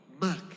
Mark